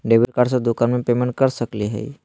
Debit card से दुकान में पेमेंट कर सकली हई?